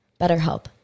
BetterHelp